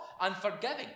unforgiving